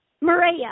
Maria